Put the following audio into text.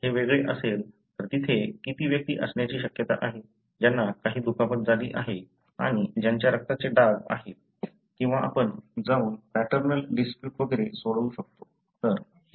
जर हे वेगळे असेल तर तिथे किती व्यक्ती असण्याची शक्यता आहे ज्यांना काही दुखापत झाली आहे आणि त्यांच्या रक्ताचे डाग आहेत किंवा आपण जाऊन पॅटर्नल डिस्प्युट वगैरे सोडवू शकतो वगैरे